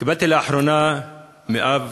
קיבלתי לאחרונה מאב,